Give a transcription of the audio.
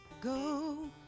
go